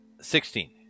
Sixteen